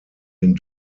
den